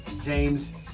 James